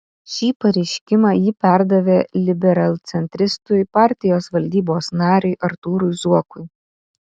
šį pareiškimą ji perdavė liberalcentristui partijos valdybos nariui artūrui zuokui